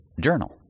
journal